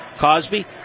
Cosby